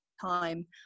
time